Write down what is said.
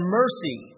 mercy